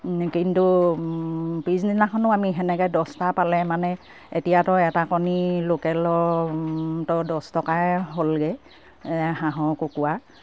কিন্তু পিছদিনাখনো আমি সেনেকে দছটা পালে মানে এতিয়াতো এটা কণী লোকেলৰতো দহ টকাই হ'লগে হাঁহৰ কুকুৰা